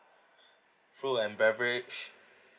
food and beverage